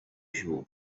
jour